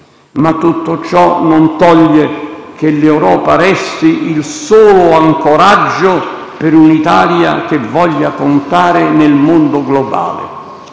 ma tutto ciò non toglie che l'Europa resti il solo ancoraggio per un'Italia che voglia contare nel mondo globale.